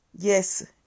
Yes